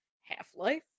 Half-Life